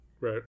Right